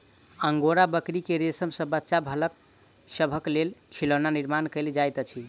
angora बकरी के रेशम सॅ बच्चा सभक लेल खिलौना निर्माण कयल जाइत अछि